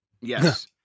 Yes